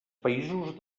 països